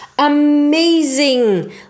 amazing